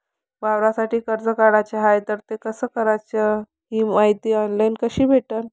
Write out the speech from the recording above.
वावरासाठी कर्ज काढाचं हाय तर ते कस कराच ही मायती ऑनलाईन कसी भेटन?